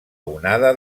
onada